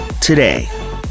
today